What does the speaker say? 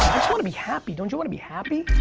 want to be happy. don't you want to be happy?